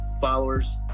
followers